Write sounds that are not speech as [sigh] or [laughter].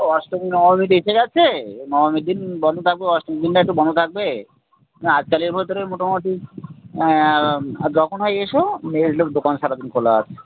ও অষ্টমী নবমী তো এসে গিয়েছে ওই নবমীর দিন বন্ধ থাকবে অষ্টমীর দিনটা একটু বন্ধ থাকবে তুমি আজকালের ভেতরে মোটামুটি আর যখন হয় এসো [unintelligible] দোকান সারা দিন খোলা আছে